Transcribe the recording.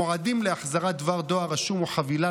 המועדים להחזרת דבר דואר רשום או חבילה